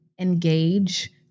engage